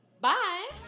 bye